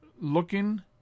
looking